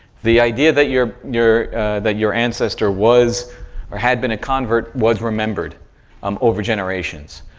the idea that your your that your ancestor was or had been a convert was remembered um over generations,